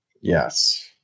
Yes